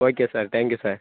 okay sir thank you sir